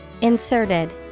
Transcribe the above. INSERTED